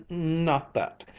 not that.